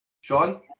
Sean